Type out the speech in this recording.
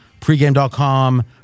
Pregame.com